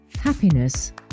happiness